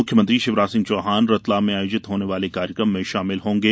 मुख्यमंत्री शिवराज सिंह चौहान रतलाम में आयोजित होने वाले कार्यक्रम में शामिल होंगे